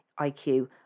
IQ